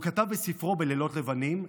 הוא כתב בספרו "בלילות לבנים"